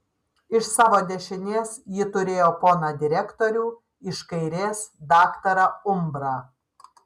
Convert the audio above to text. iš savo dešinės ji turėjo poną direktorių iš kairės daktarą umbrą